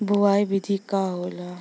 बुआई विधि का होला?